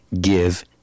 give